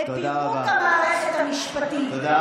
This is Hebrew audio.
בפירוק המערכת המשפטית.